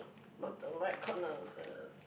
bottom right corner of the